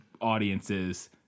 audiences